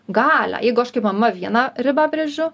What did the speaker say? galią jeigu aš kaip mama vieną ribą brėžiu